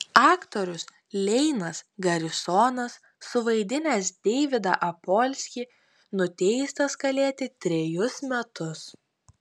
aktorius leinas garisonas suvaidinęs deividą apolskį nuteistas kalėti trejus metus